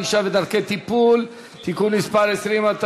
ענישה ודרכי טיפול) (תיקון מס' 20),